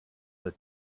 that